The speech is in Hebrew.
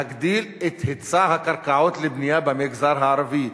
להגדיל את היצע הקרקעות לבנייה במגזר הערבי.